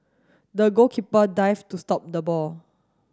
the goalkeeper dive to stop the ball